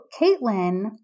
Caitlin